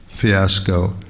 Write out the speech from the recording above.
fiasco